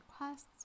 requests